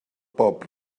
bob